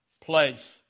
place